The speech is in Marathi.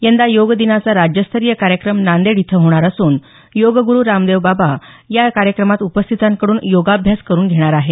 यंदा योगदिनाचा राज्यस्तरीय कार्यक्रम नांदेड इथं होणार असून योगगुरु बाबा रामदेव या कार्यक्रमात उपस्थितांकडून योगाभ्यास करून घेणार आहेत